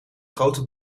grote